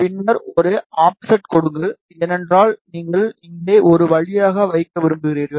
பின்னர் ஒரு ஆஃப்செட் கொடுங்கள் ஏனென்றால் நீங்கள் இங்கே ஒரு வழியாக வைக்க விரும்புகிறீர்கள்